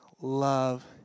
love